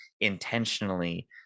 intentionally